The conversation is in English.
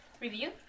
Review